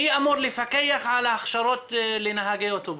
מי אמור לפקח על ההכשרות לנהגי אוטובוסים?